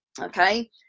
okay